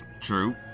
True